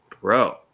bro